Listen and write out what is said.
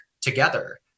together